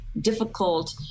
difficult